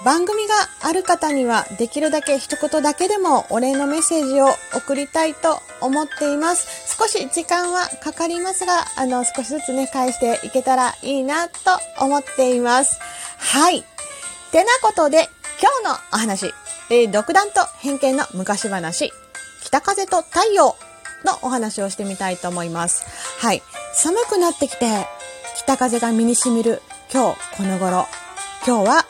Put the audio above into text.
番組がある方にはできるだけ一言だけでもお礼のメッセージを送りたいと思っています。少し時間はかかりますが、あの、少しずつね、返していけたらいいなと思っています。はい。てなことで、今日のお話。えー、独断と偏見の昔話。北風と太陽のお話をしてみたいと思います。はい。寒くなってきて、北風が身に染みる今日この頃。今日は